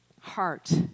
heart